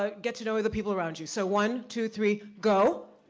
ah get to know the people around you. so one, two, three, go.